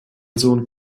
sohn